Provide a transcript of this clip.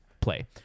play